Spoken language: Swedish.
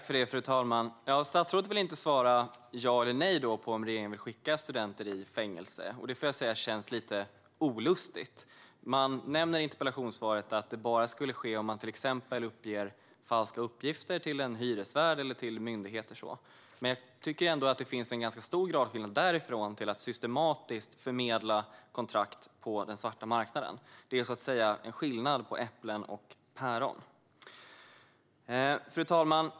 Fru talman! Statsrådet vill inte svara ja eller nej på om regeringen vill skicka studenter i fängelse. Det känns lite olustigt. Det nämns i interpellationssvaret att det skulle ske bara om man till exempel uppger falska uppgifter till en hyresvärd eller till myndigheter. Men jag tycker ändå att det är en ganska stor gradskillnad därifrån till att systematiskt förmedla kontrakt på den svarta marknaden. Det är så att säga skillnad mellan äpplen och päron. Fru talman!